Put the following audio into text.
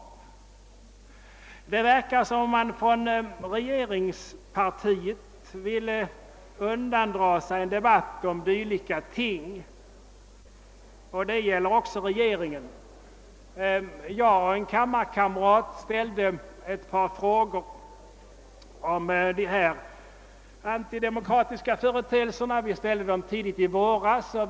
Det verkar som om regeringspartiet ville undandra sig en debatt om dylika ting, och det gäller också regeringen. Jag och en kammarkamrat ställde tidigt i våras ett par frågor till justitieminister Kling om dessa antidemokratiska företeelser.